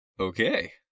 Okay